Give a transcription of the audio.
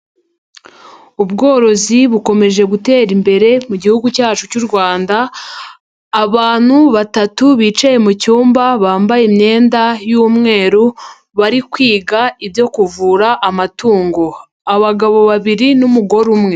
Ubworozi bukomeje gutera imbere mu gihugu cyacu cy'u Rwanda, abantu batatu bicaye mu cyumba, bambaye imyenda y'umweru bari kwiga ibyo kuvura amatungo, abagabo babiri n'umugore umwe.